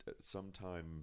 sometime